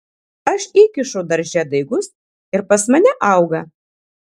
aš įkišu darže daigus ir pas mane auga